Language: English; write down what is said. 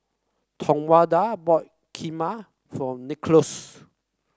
Tawanda bought Kheema for Nicholaus